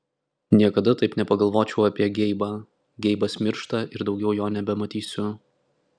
niekada taip nepagalvočiau apie geibą geibas miršta ir daugiau jo nebematysiu